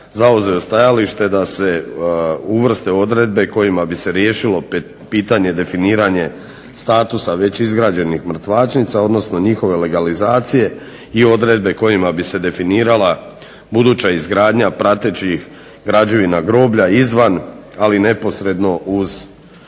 zauzeo je stajalište da se uvrste odredbe kojima bi se riješilo pitanje definiranje statusa već izgrađenih mrtvačnica odnsono njihove legalizacije i odredbe kojima bi se definirala buduća izgradnja pratećih građevina groblja izvan ali neposredno uz groblje.